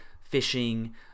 fishing